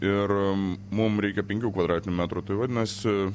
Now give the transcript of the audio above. ir mum reikia penkių kvadratinių metrų tai vadinasi